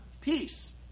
peace